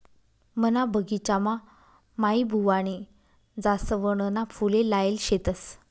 मना बगिचामा माईबुवानी जासवनना फुले लायेल शेतस